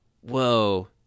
whoa